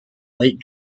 late